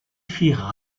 firent